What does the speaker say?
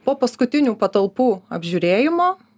po paskutinių patalpų apžiūrėjimo